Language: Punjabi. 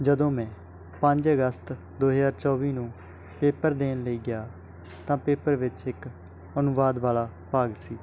ਜਦੋਂ ਮੈਂ ਪੰਜ ਅਗਸਤ ਦੋ ਹਜ਼ਾਰ ਚੌਵੀ ਨੂੰ ਪੇਪਰ ਦੇਣ ਲਈ ਗਿਆ ਤਾਂ ਪੇਪਰ ਵਿੱਚ ਇੱਕ ਅਨੁਵਾਦ ਵਾਲਾ ਭਾਗ ਸੀ